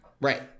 Right